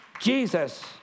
Jesus